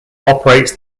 operates